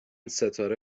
ستاره